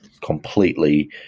completely